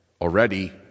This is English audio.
already